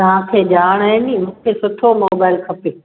तव्हांखे ॼाण आहे नी मूंखे सुठो मोबाइल खपे